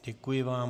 Děkuji vám.